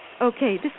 Okay